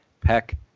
Peck